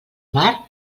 mar